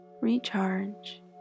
recharge